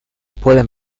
pueden